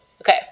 Okay